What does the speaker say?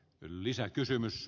herra puhemies